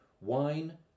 wine